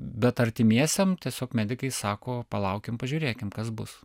bet artimiesiem tiesiog medikai sako palaukim pažiūrėkim kas bus